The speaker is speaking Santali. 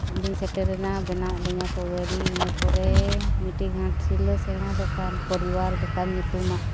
ᱚᱸᱰᱮ ᱞᱤᱧ ᱥᱮᱴᱮᱨᱮᱱᱟ ᱵᱮᱱᱟᱣ ᱟᱫ ᱞᱤᱧᱟ ᱠᱚ ᱜᱟᱹᱰᱤ ᱤᱱᱟᱹ ᱯᱚᱨᱮ ᱢᱤᱫᱴᱤᱡ ᱜᱷᱟᱴᱥᱤᱞᱟᱹ ᱥᱮᱬᱟ ᱫᱚᱠᱟᱱ ᱯᱚᱨᱤᱵᱟᱨ ᱫᱚᱠᱟᱱ ᱧᱩᱛᱩᱢᱟᱜ